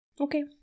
Okay